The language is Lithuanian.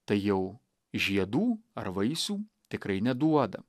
tai jau žiedų ar vaisių tikrai neduoda